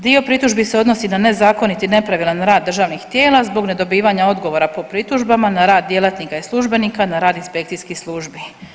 Dio pritužbi se odnosi na nezakonit i nepravilan rad državnih tijela zbog nedobivanja odgovora po pritužbama na rad djelatnika i službenika na rad inspekcijskih službi.